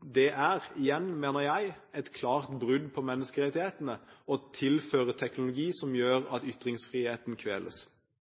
Det er igjen, mener jeg, et klart brudd på menneskerettighetene å tilføre teknologi som gjør at ytringsfriheten kveles.